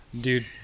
dude